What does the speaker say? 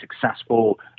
successful